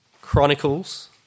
Chronicles